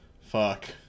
Fuck